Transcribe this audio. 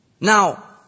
Now